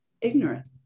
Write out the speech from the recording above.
ignorant